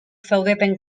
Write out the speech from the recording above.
zaudeten